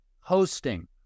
hosting